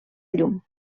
llum